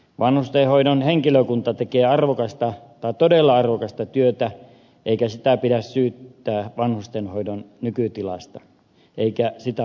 vanhustenhoidon henkilökunta tekee todella arvokasta työtä eikä sitä pidä syyttää vanhustenhoidon nykytilasta eikä sitä oppositio ole tehnyt